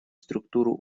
структуру